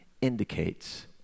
indicates